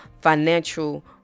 financial